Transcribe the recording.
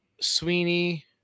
Sweeney